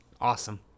awesome